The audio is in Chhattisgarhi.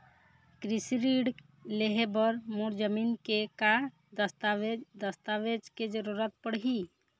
कृषि ऋण लेहे बर मोर जमीन के का दस्तावेज दस्तावेज के जरूरत पड़ही?